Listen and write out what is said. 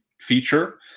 feature